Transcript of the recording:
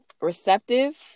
Receptive